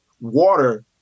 water